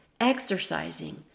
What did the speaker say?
exercising